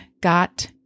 got